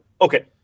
okay